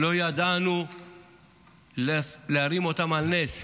לא ידענו להרים אותם על נס?